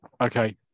Okay